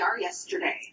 yesterday